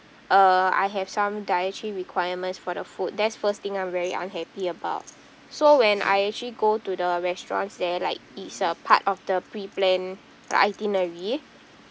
uh I have some dietary requirements for the food that's first thing I'm very unhappy about so when I actually go to the restaurants there like it's a part of the pre-planned itinerary